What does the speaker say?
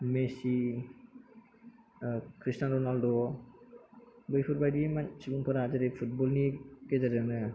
मेसि Cristiano Ronaldo बैफोरबायदि सुबुंफोरा जेरै फुटबलनि गेजेरजोंनो